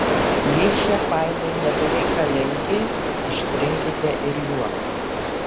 jei šie failai nebereikalingi ištrinkite ir juos